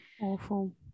awful